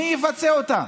מי יפצה אותם?